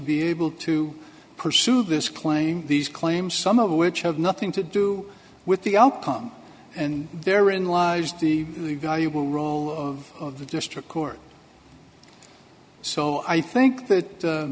be able to pursue this claim these claims some of which have nothing to do with the outcome and therein lies the really valuable role of the district court so i think that